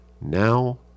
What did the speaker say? now